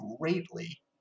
greatly